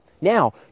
now